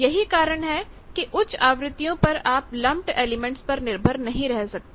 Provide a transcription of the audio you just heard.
यही कारण है कि उच्च आवृत्तियों पर आप लम्पड एलिमेंट्स पर निर्भर नहीं रह सकते